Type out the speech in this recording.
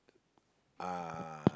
uh